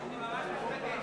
אני ממש מתרגש.